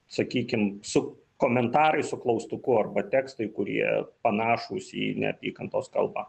sakykim su komentarai su klaustuku arba tekstai kurie panašūs į neapykantos kalbą